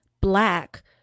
black